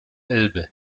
elbe